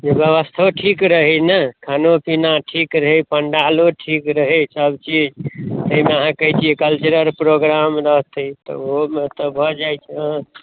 से व्यवस्थो ठीक रहै ने खानो पीना ठीक रहै पण्डालो ठीक रहै सब चीज ताहिमे अहाँ कहै छियै कल्चरल प्रोग्राम रहतै तऽ ओइ मऽ तऽ भऽ जाइ छै हँ